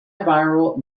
viral